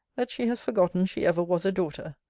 that she has forgotten she ever was a daughter.